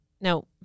no